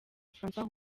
francois